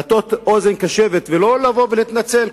להטות אוזן קשבת ולא לבוא ולהתנצל.